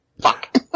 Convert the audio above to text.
Fuck